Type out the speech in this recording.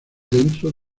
dentro